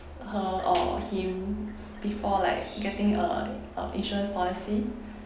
her or him before like getting uh a insurance policy